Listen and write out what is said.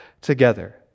together